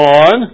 on